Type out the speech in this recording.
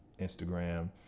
Instagram